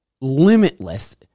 limitless